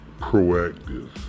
proactive